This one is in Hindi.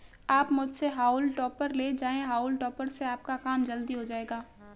आप मुझसे हॉउल टॉपर ले जाएं हाउल टॉपर से आपका काम जल्दी हो जाएगा